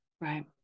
Right